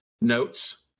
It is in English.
notes